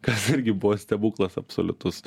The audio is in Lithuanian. kas irgi buvo stebuklas absoliutus